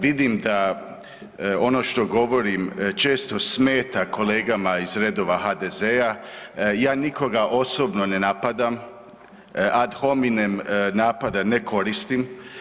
Vidim da ono što govorim često smeta kolegama iz redova HDZ-a, ja nikoga osobno ne napadam, ad hominem napade ne koristim.